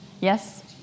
Yes